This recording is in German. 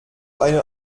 eine